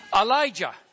Elijah